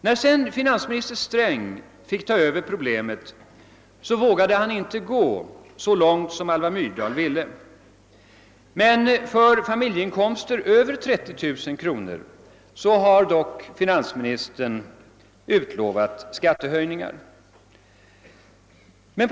När sedan finansminister Sträng fick överta problemet vågade han inte gå så långt som Alva Myrdal ville, men finansministern har dock utlovat skattehöjningar för familjeinkomster över 30000 kronor.